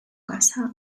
casa